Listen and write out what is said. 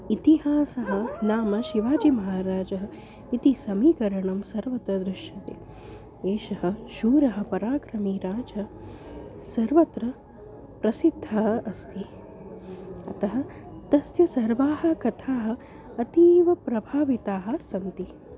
इतिहासः नाम शिवाजीमहाराजः इति समीकरणं सर्वत्र दृश्यते एषः शूरः पराक्रमी राजा सर्वत्र प्रसिद्धः अस्ति अतः तस्य सर्वाः कथाः अतीवप्रभाविताः सन्ति